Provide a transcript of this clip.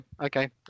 okay